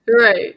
Right